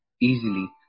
easily